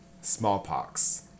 Smallpox